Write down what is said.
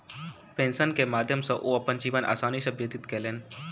pension के माध्यम सॅ ओ अपन जीवन आसानी सॅ व्यतीत कयलैन